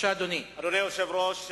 אדוני היושב-ראש,